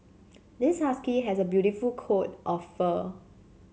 this husky has a beautiful coat of fur